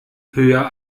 höher